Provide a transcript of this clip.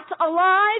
alive